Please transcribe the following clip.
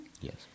Yes